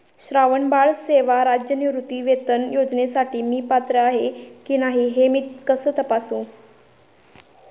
श्रावणबाळ सेवा राज्य निवृत्तीवेतन योजनेसाठी मी पात्र आहे की नाही हे मी कसे तपासू?